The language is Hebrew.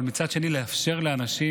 אבל מצד שני לאפשר לאנשים,